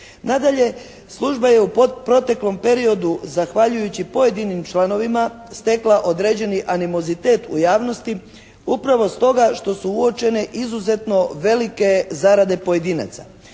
Nadalje služba je u proteklom periodu zahvaljujući pojedinim članovima stekla određeni animozitet u javnosti upravo stoga što su uočene izuzetno velike zarade pojedinaca.